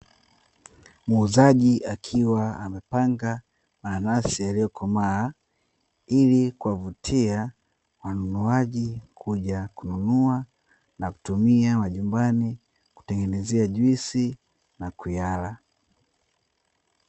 Muuzaji akiwa amepanga manansi yaliyokomaa ili kuwavutia wanunuaji kuja kununua na kutumia majumbani kutengenezea juisi na kuyala.